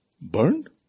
burned